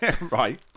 Right